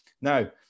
Now